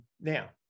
Now